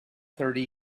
thirty